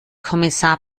kommissar